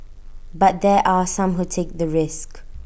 but there are some who take the risk